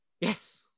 Yes